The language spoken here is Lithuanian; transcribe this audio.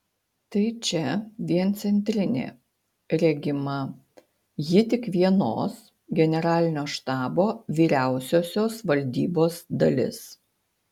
tai čia vien centrinė regima ji tik vienos generalinio štabo vyriausiosios valdybos dalis